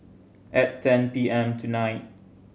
at ten P M tonight